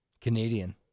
Canadian